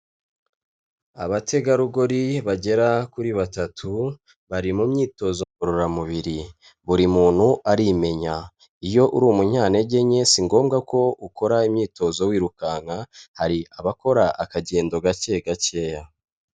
Abategarugori bagera kuri batatu, bari mu myitozo ngororamubiri. Buri muntu arimenya; iyo uri umunyantege nke si ngombwa ko ukora imyitozo wirukanka, hari abakora akagendo gake gakeya.